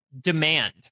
Demand